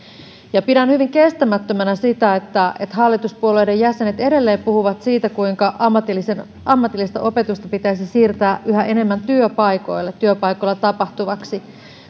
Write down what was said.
pidän hyvin kestämättömänä sitä että että hallituspuolueiden jäsenet edelleen puhuvat siitä kuinka ammatillista opetusta pitäisi siirtää yhä enemmän työpaikoille työpaikoilla tapahtuvaksi